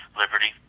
liberty